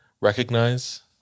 recognize